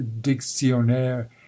Dictionnaire